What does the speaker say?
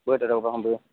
বৈ তহতৰ ঘৰৰ পৰা আহো ব'ল